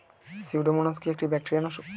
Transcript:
Pseudomonas কি একটা bacteria নাশক?